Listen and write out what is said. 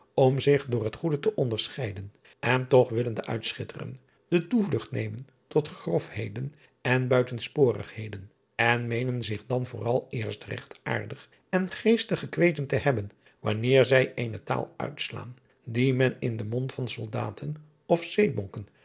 om zich door het goede te onderscheiden en toch willende uitschitteren de toevlugt nemen tot grofheden en buitensporigheden en meenen zich dan vooral eerst regt aardig en geestig gekweten te hebben wanneer zij eene taal uitslaan die men in den mond van soldaten of